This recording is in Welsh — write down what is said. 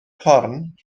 corn